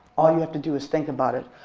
all you have to do is think about it.